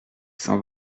s’en